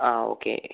ആ ഓക്കെ